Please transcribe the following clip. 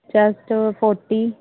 chest forty